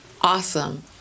awesome